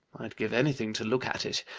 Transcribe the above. i'd give anything to look at it.